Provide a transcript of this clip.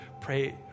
pray